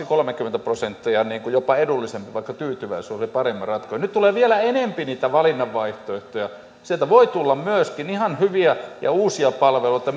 kolmekymmentä prosenttia edullisempi vaikka tyytyväisyys oli paremmin ratkaistu nyt tulee vielä enempi niitä valinnanvaihtoehtoja sieltä voi tulla ihan hyviä ja uusia palveluita